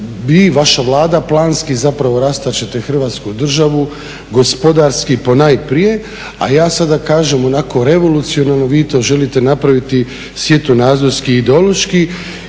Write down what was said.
i vaša Vlada planski zapravo rastačete hrvatsku državu, gospodarski po najprije. A ja sada kažem onako revolucionarno vi to želite napraviti svjetonazorski i ideološki.